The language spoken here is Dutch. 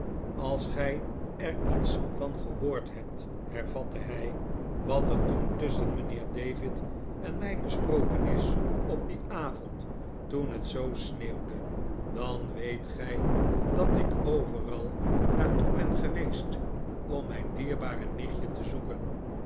als gij er iets van gehoord hebt hervatte hij wat er toen tusschen mijnheer david en mij besproken is op dien avond toen het zoo sneeuwde dan weet gij dat ik overal naar toe ben geweest om mijn dierbare nichtje te zoeken